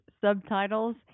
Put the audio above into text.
subtitles